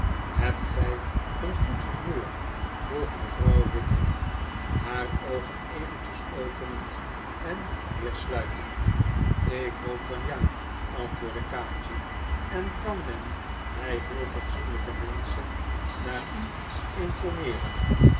hebt gij een goed humeur vroeg mevrouw wititterly haar oogen eventjes openend en weer sluitend ik hoop van ja antwoordde kaatje en kan men bij heel fatsoenlijke menschen naar u informeeren